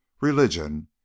religion